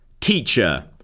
Teacher